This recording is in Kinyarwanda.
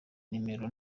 nimero